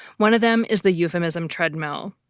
one of them is the euphemism treadmill.